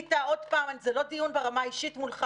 עלית עוד פעם זה לא דיון ברמה האישית מולך,